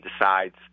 decides